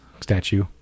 Statue